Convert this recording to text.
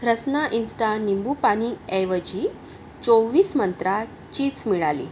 Rasna insta निंबूपानी ऐवजी चोवीस मंत्रा चिंच मिळाली